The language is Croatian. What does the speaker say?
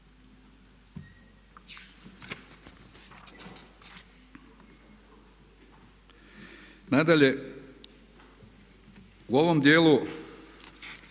Nadalje, u ovom dijelu